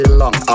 long